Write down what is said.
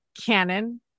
canon